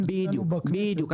בדיוק.